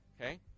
okay